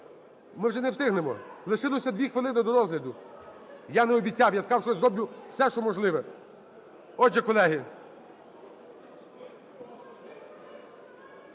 Ми вже не встигнемо, лишилося 2 хвилини до розгляду. Я не обіцяв, я сказав, що зроблю все, що можливе. Отже, колеги!..